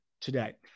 today